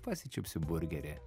pasičiupsiu burgerį